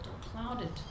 clouded